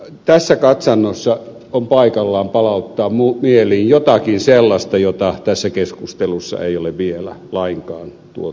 tässä katsannossa on paikallaan palauttaa mieliin jotakin sellaista jota tässä keskustelussa ei ole vielä lainkaan tuotu esille